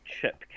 chip